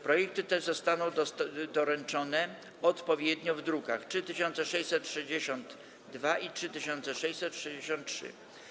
Projekty te zostaną doręczone odpowiednio w drukach nr 3662 i 3663.